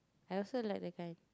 I also like that guy